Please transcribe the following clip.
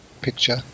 picture